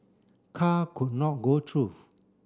car could not go through